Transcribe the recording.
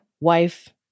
wife